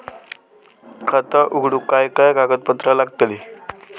खाता उघडूक काय काय कागदपत्रा लागतली?